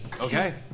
Okay